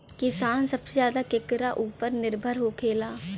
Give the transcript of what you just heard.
किसान सबसे ज्यादा केकरा ऊपर निर्भर होखेला?